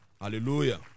hallelujah